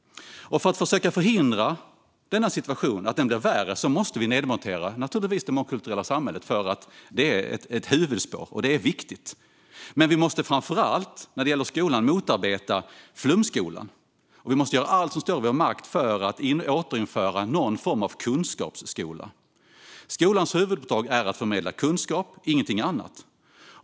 För att försöka förhindra att denna situation blir värre måste vi naturligtvis nedmontera det mångkulturella samhället. Det är ett huvudspår, och det är viktigt. När det gäller skolan måste vi framför allt motarbeta flumskolan och göra allt som står i vår makt för att återinföra någon form av kunskapsskola. Skolans huvuduppdrag är att förmedla kunskap, ingenting annat.